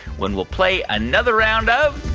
when we'll play another round of.